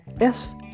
Yes